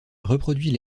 reproduit